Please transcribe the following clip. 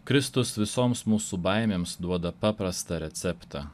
kristus visoms mūsų baimėms duoda paprastą receptą